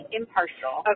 impartial